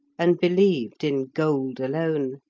and believed in gold alone.